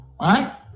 right